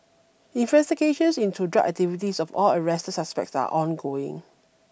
investigations into drug activities of all arrested suspects are ongoing